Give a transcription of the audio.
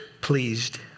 pleased